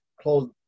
close